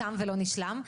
תם ולא ננשלם.